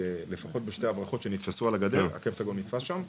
לפחות בשתי הברחות שנתפסו על הגדר הקפטגון נתפס שם.